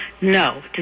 No